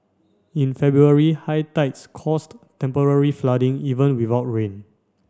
in February high tides caused temporary flooding even without rain